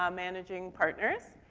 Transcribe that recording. um managing partners.